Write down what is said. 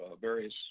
various